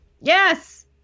Yes